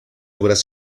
obras